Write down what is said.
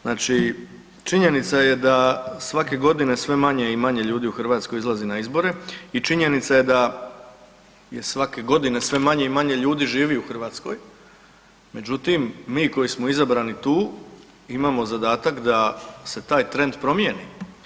Znači, činjenica je da svake godine sve manje i manje ljudi u Hrvatskoj izlazi na izbore i činjenica je da svake godine sve manje i manje ljudi živi u Hrvatskoj, međutim mi koji smo izabrani tu, imamo zadatak da se taj trend promijeni.